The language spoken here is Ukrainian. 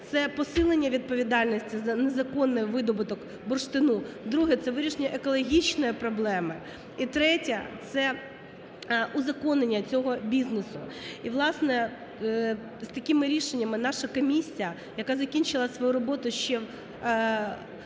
це посилення відповідальності за незаконний видобуток бурштину; друге – це вирішення екологічної проблеми і третє – це узаконення цього бізнесу. І, власне, з такими рішеннями наша комісія, яка закінчила свою роботу ще в